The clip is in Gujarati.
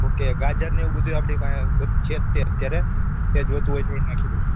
ઓકે ગાજર ને એવું બધું આપણી પાસે છે જ તે અત્યારે જે જોતું હોય એ નાંખી દઉં